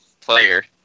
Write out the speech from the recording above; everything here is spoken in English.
player